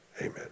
Amen